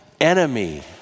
enemy